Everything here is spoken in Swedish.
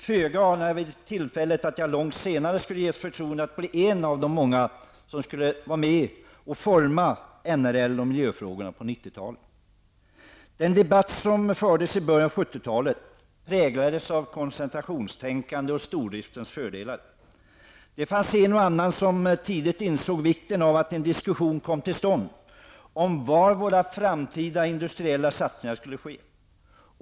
Föga anade jag vid det tillfället att jag långt senare skulle ges förtroendet att bli en av de många som skulle vara med om att forma miljöfrågorna och NRL på 90 Den debatt som fördes i början av 1970-talet präglades av koncentrationstänkande och stordriftens fördelar. Det fanns en och annan som tidigt insåg vikten av att en diskussion kom till stånd om var våra framtida industriella satsningar skulle ske.